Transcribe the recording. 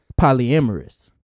polyamorous